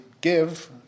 give